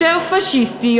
יותר פאשיסטי,